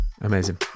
Amazing